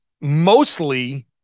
mostly